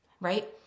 Right